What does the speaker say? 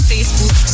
Facebook